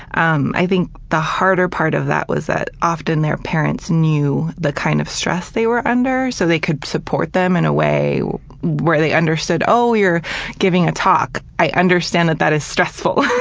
um, i think the harder part of that was that often their parents knew the kind of stress they were under, where so they could support them in way where they understood, oh, you're giving a talk. i understand that that is stressful,